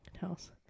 house